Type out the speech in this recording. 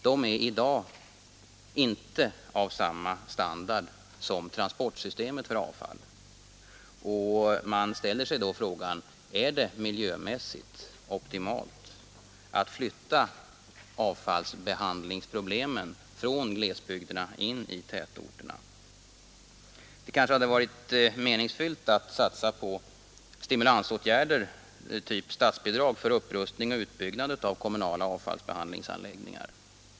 De är i dag inte av samma standard som transportsystemet för avfall. Man ställer sig då frågan: Är det miljömässigt optimalt att flytta avfallsbehandlingsproblemen från glesbygderna in i tätorterna? Det hade kanske varit meningsfyllt att satsa på stimulansåtgärder, typ statsbidrag, för utrustning och utbyggnad av kommunala avfallsbehand lingsanläggningar.